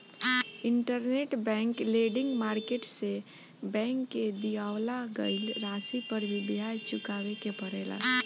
interbank lending market से bank के दिअवावल गईल राशि पर भी ब्याज चुकावे के पड़ेला